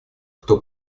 кто